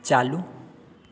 चालू